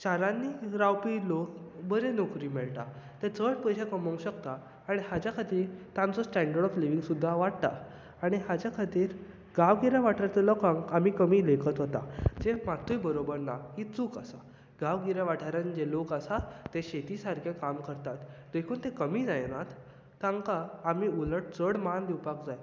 शारांनी रावपी लोक बरें नोकरी मेळटा ते चड पयशे कमोवंक शकता आमी हाच्या खातीर तांचो स्टेंडर्ड ऑफ लिवींग सुद्दां वाडटा आनी हाचे खातीर गांवगिऱ्या वाठारांतल्या लोकांक आमी कमी लेखत वता जे मात्तूय बरोबर ना ही चूक आसा गांवगिऱ्या वाठारांत जे लोक आसा ते शेती सारकें काम करतात देखून ते कमी जायनात तांकां आमी उलट चड मान दिवपाक जाय